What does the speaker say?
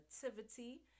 positivity